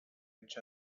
each